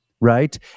right